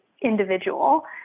individual